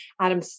Adam